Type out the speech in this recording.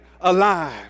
alive